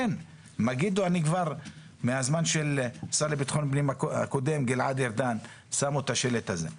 במגידו כבר בזמנו של השר לביטחון פנים הקודם גלעד ארדן שמו את השלט הזה.